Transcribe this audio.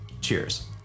Cheers